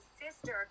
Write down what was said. sister